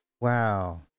Wow